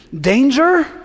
Danger